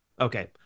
Okay